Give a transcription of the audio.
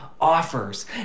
Offers